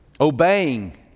Obeying